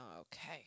Okay